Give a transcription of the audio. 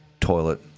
Toilet